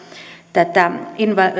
tätä